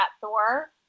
Thor